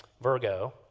Virgo